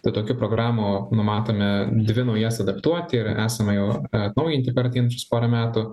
tai tokių programų numatome dvi naujas adaptuoti ir esame jau atnaujinti per ateinančius porą metų